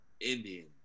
Indian